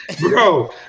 Bro